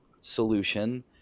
solution